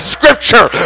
Scripture